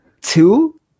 two